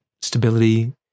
stability